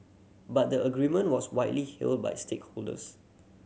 but the agreement was widely hailed by stakeholders